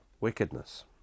wickedness